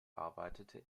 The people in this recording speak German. arbeitete